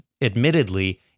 admittedly